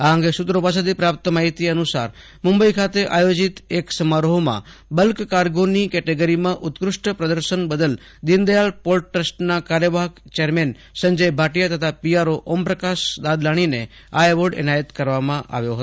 આ અંગે સુત્રો પાસેથી પ્રાપ્ત માહિતી અનુસાર મુંબઈ ખાતે આયોજીત એક સમારોહમાં બલ્ક કાર્ગોની કેટેગરીમાં ઉત્કૃષ્ટ પ્રદર્શન બદલ દિન દયાળ પોર્ટ ટ્રસ્ટના કાર્યવાહક ચેરમેન સંજય ભાટીયા તથા પીઆરઓ ઓમપ્રકાશ દાદલાણીને આ એવોર્ડ આપવામાં આવ્યો હતો